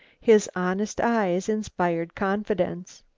his honest eyes inspired confidence.